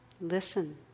Listen